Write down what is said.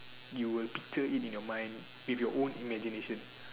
you will picture it in your mind with your own imagination